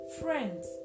friends